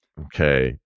Okay